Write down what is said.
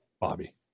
Bobby